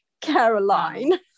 Caroline